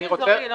מתאגיד אזורי, לא